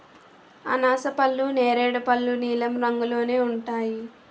అనాసపళ్ళు నేరేడు పళ్ళు నీలం రంగులోనే ఉంటాయి